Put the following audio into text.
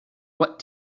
what